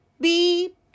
Beep